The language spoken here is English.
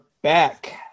back